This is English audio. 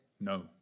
No